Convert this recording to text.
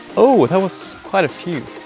ooh, that was quite a few.